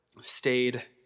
stayed